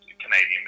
Canadian